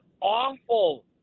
awful